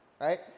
right